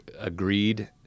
agreed